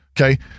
Okay